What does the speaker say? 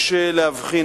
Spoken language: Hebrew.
יש להבחין,